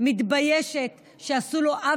מתביישת בשר המשפטים שלנו,